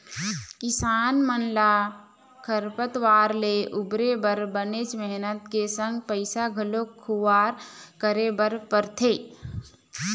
किसान मन ल खरपतवार ले उबरे बर बनेच मेहनत के संग पइसा घलोक खुवार करे बर परथे